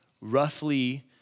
roughly